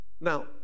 Now